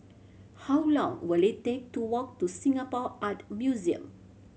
how long will it take to walk to Singapore Art Museum